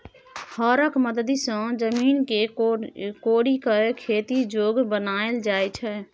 हरक मदति सँ जमीन केँ कोरि कए खेती जोग बनाएल जाइ छै